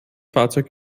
fahrzeug